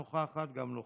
נוכחת גם נוכחת.